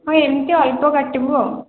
ହଁ ଏମିତି ଅଳ୍ପ କାଟିବୁ ଆଉ